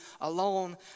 alone